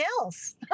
else